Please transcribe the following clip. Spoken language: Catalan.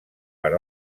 per